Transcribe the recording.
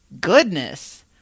Goodness